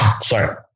Sorry